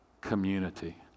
community